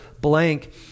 blank